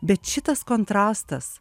bet šitas kontrastas